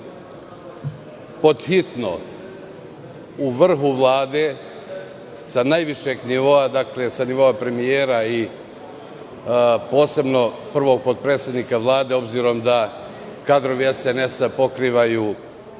da pod hitno u vrhu Vlade sa najvišeg nivoa, predsednika Vlade i posebno prvog potpredsednika Vlade, obzirom da kadrovi SNS pokrivaju